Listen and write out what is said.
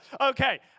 Okay